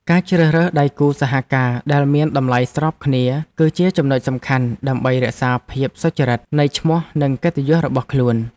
ការជ្រើសរើសដៃគូសហការដែលមានតម្លៃស្របគ្នាគឺជាចំណុចសំខាន់ដើម្បីរក្សាភាពសុចរិតនៃឈ្មោះនិងកិត្តិយសរបស់ខ្លួន។